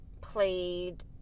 played